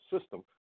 system